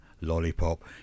Lollipop